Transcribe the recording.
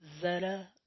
Zeta